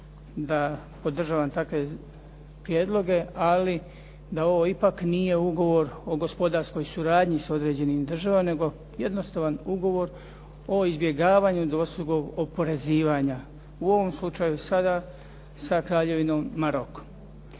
da podržavam takve prijedloge ali da ovo ipak nije ugovor o gospodarskoj suradnji sa određenim državama, nego jednostavan ugovor o izbjegavanju dvostrukog oporezivanja u ovom slučaju sada sa Kraljevinom Maroko.